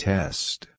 Test